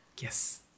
Yes